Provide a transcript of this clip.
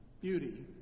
beauty